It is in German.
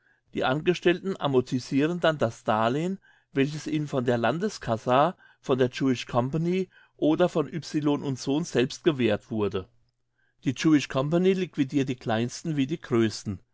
die angestellten amortisiren dann das darlehen welches ihnen von ihrer landescasse von der jewish company oder von y sohn selbst gewährt wurde die jewish company liquidirt die kleinsten wie die grössten